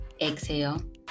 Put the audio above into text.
Exhale